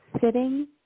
sitting